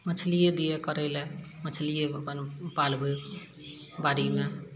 मछलिये दिअ करय लए मछलिये अपन पालबय बाड़ी मे